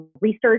Research